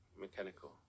mechanical